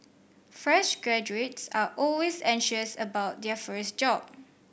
fresh graduates are always anxious about their first job